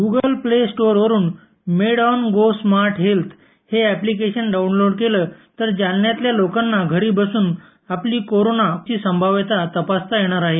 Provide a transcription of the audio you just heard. Google play store वरून med on go smart health हे application download केलं तर जालन्यातल्या लोकांना घरी बसून आपली कोरोनाची संभाव्यता तपासता येणार आहेत